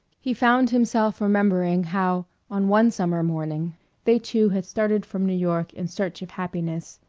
he found himself remembering how on one summer morning they two had started from new york in search of happiness.